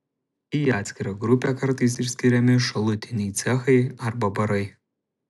į atskirą grupę kartais išskiriami šalutiniai cechai arba barai